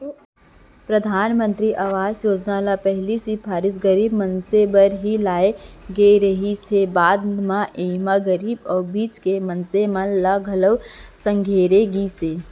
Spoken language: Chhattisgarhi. परधानमंतरी आवास योजना ल पहिली सिरिफ गरीब मनसे बर ही लाए गे रिहिस हे, बाद म एमा गरीब अउ बीच के मनसे मन ल घलोक संघेरे गिस